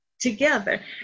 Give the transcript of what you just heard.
Together